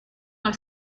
alla